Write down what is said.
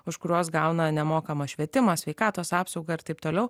už kuriuos gauna nemokamą švietimą sveikatos apsaugą ir taip toliau